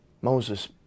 Moses